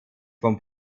vom